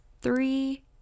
three